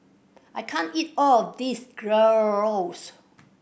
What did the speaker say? I can't eat all of this Gyros